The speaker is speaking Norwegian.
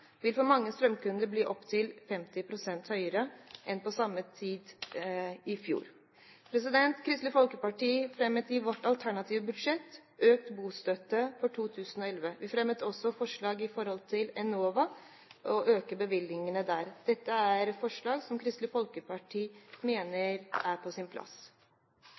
vil for mange strømkunder bli opptil 50 pst. høyere enn på samme tid i fjor. Kristelig Folkeparti fremmet i sitt alternative budsjett økt bostøtte for 2011. Vi fremmet også forslag om å øke bevilgningene til Enova. Dette er forslag som Kristelig Folkeparti mener er på sin plass.